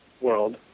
world